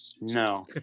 no